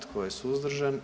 Tko je suzdržan?